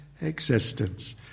existence